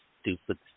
stupid